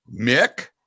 Mick